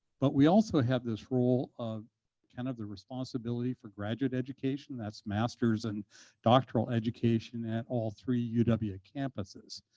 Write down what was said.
but we also have this role of kind of the responsibility for graduate education. that's master's and doctoral education at all three uw ah ah campuses.